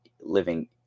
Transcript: living